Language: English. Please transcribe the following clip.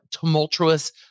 tumultuous